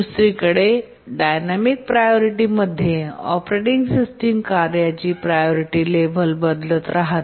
दुसरीकडे dynamic priority मध्ये operating system कार्यांची प्रायोरिटी लेव्हल बदलत राहते